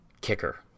kicker